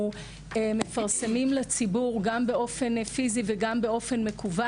מפרסמים לציבור גם באופן פיזי וגם מקוון.